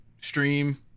stream